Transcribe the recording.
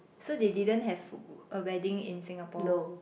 so they didn't have a wedding in Singapore